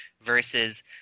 versus